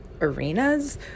arenas